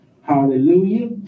Hallelujah